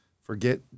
forget